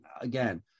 again